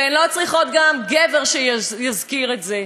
והן לא צריכות גם גבר שיזכיר את זה.